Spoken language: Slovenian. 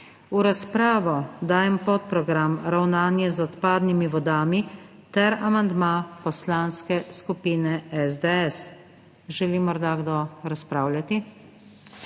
V razpravo dajem podprogram Ravnanje z odpadnimi vodami ter amandma Poslanske skupine SDS. Želi morda kdo razpravljati?